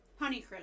Honeycrisp